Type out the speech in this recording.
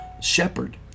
shepherd